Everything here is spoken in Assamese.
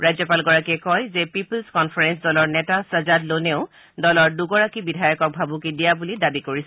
ৰাজ্যপালগৰাকীয়ে কয় পিপুল্চ কনফাৰেন্স দলৰ নেতা ছজাদ লোনেও দলৰ দুগৰাকী বিধায়কক ভাবুকি দিয়া বুলি দাবী কৰিছিল